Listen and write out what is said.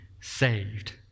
saved